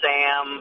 Sam